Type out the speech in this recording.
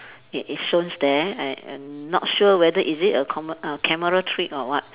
it is shows there I I not sure whether is it a come~ uh camera trick or what